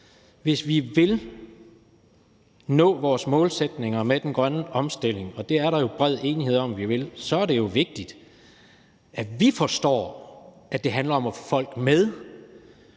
Hvis vi vil nå vores målsætninger med den grønne omstilling – og det er der jo bred enighed om at vi vil – så er det jo vigtigt, at vi forstår, at det handler om at få folk med